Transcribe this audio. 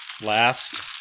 Last